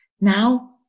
Now